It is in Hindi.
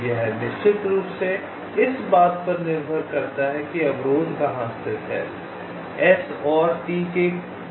यह निश्चित रूप से इस बात पर निर्भर करता है कि अवरोध कहाँ स्थित हैं S और T के कौन से स्थान हैं